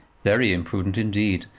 very imprudent, indeed.